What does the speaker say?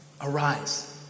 Arise